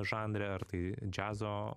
žanre ar tai džiazo